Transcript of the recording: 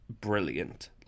brilliant